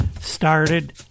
started